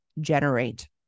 generate